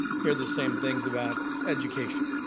hear the same things about education,